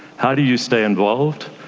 how do you stay involved?